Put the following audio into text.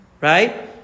Right